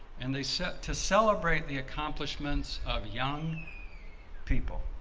and they set to celebrate the accomplishments of young people.